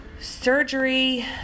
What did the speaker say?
Surgery